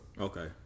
Okay